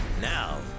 Now